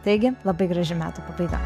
taigi labai graži metų pabaiga